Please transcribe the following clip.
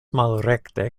malrekte